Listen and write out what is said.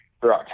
throughout